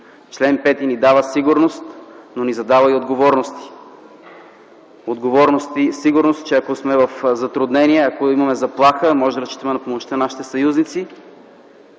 Член 5 ни дава сигурност, но ни задава и отговорности. Сигурност, че ако сме в затруднение, ако имаме заплаха, можем да разчитаме на помощта на нашите съюзници